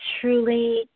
truly